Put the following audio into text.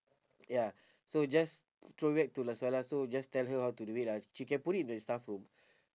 ya so just throw back to lah suhaila so just tell her how to do it lah she can put it in the staff room